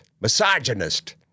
misogynist